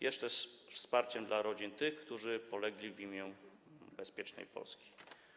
Jest to też wsparcie dla rodzin tych, którzy polegli w imię bezpiecznej Polski.